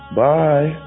bye